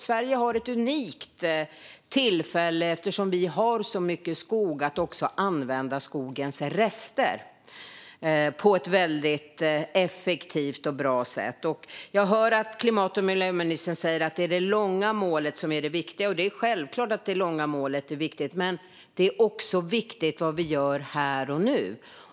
Sverige har ett unikt tillfälle, eftersom vi har så mycket skog, att också använda skogens rester på ett effektivt och bra sätt. Jag hörde att klimat och miljöministern sa att det långsiktiga målet är det viktiga. Och det är ju självklart att det långsiktiga målet är viktigt, men det är också viktigt vad som görs här och nu.